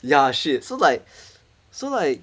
ya shit so like so like